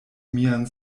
mian